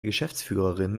geschäftsführerin